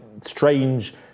strange